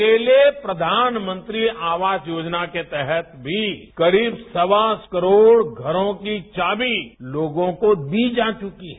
अकेले प्रधानमंत्री आवास योजना के तहत भी करीब सवा सौ करोड़ घरों की चाबी लगी दी जा चुकी है